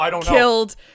killed